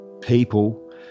people